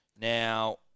Now